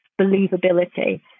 believability